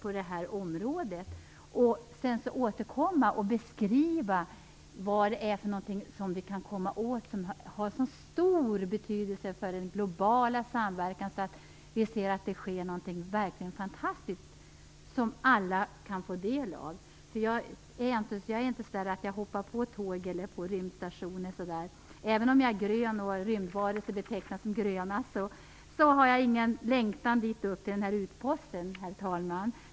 Sedan får man återkomma och beskriva vad det är som vi kan komma åt och som har så stor betydelse för den globala samverkan och där vi verkligen ser att något fantastiskt sker som alla kan få del av. Jag är inte den som utan vidare hoppar på tåg eller rymdstationer. Även om jag är grön, och rymdvarelser betecknas som gröna, har jag ingen längtan upp till nämnda utpost. Herr talman!